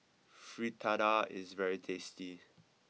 Fritada is very tasty